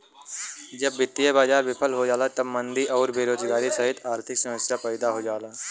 जब वित्तीय बाजार विफल हो जाला तब मंदी आउर बेरोजगारी सहित आर्थिक समस्या पैदा हो जाला